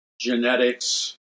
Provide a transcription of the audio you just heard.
genetics